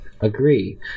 agree